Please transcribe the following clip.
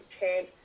change